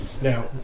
Now